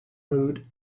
mood